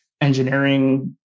engineering